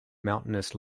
mountainous